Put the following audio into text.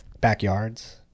Backyards